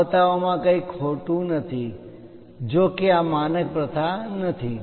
આ બતાવવામાં કંઇ ખોટું નથી જો કે આ માનક પ્રથા નથી